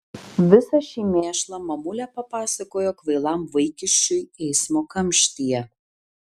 visą šį mėšlą mamulė papasakojo kvailam vaikiščiui eismo kamštyje